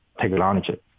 technology